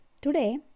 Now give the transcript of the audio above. today